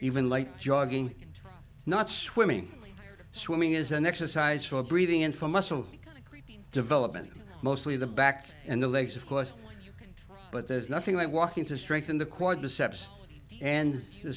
even light jogging not swimming swimming is an exercise for breathing in for muscle development mostly the back and the legs of course but there's nothing like walking to strengthen the quadriceps and the